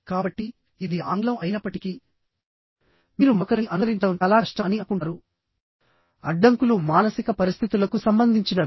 కాబట్టి ఇది ఆంగ్లం అయినప్పటికీ మీరు మరొకరిని అనుసరించడం చాలా కష్టం అని అనుకుంటారు అడ్డంకులు మానసిక పరిస్థితులకు సంబంధించినవి